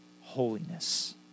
holiness